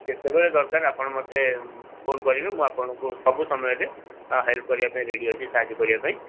ଯେତେବେଳେ ଦରକାର ଆପଣ ମୋତେ ଫୋନ କରିବେ ମୁଁ ଆପଣଙ୍କୁ ସବୁ ସମୟରେ ହେଲ୍ପ କରିବା ପାଇଁ ରେଡ଼ି ଅଛି ସାହାଯ୍ୟ କରିବା ପାଇଁ